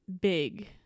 big